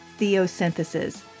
Theosynthesis